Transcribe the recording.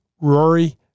rory